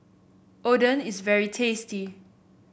oden is very tasty